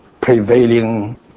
prevailing